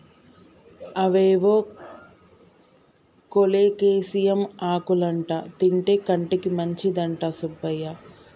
అవేవో కోలేకేసియం ఆకులంటా తింటే కంటికి మంచిదంట సుబ్బయ్య